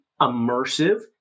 immersive